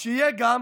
שיהיה גם